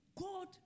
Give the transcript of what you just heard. God